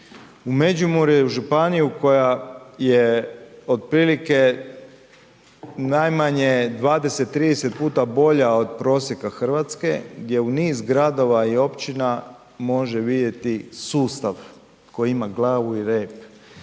U Međimurje i u županiju koja je otprilike najmanje 20, 30 puta bolja od prosjeka Hrvatske gdje u niz gradova i općina može vidjeti sustav koji ima glavu i rep